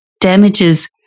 damages